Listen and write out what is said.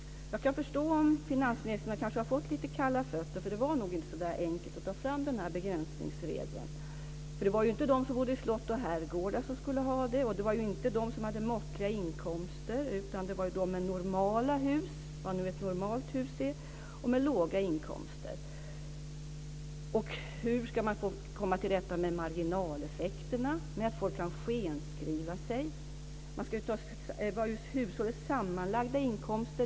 Jag kan förstå om finansministern har fått lite kalla fötter. Det var nog inte så enkelt att ta fram den här begränsningsregeln. Det var ju inte de som bodde i slott och herrgårdar som skulle gynnas av den. Det var inte de som hade måttliga inkomster, utan det var de med normala hus - vad nu ett normalt hus är - och med låga inkomster. Hur ska man komma till rätta med marginaleffekterna, med att folk kan skenskriva sig? Man ska utgå från hushållets sammanlagda inkomster.